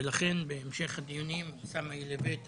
ולכן בהמשך הדיונים אוסאמה ילווה את